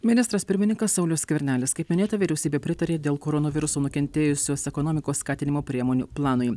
ministras pirmininkas saulius skvernelis kaip minėta vyriausybė pritarė dėl koronaviruso nukentėjusios ekonomikos skatinimo priemonių planui